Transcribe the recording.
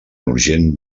urgent